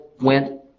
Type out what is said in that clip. went